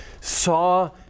saw